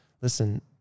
listen